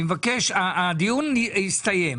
אני מבקש, הדיון הסתיים.